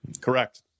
Correct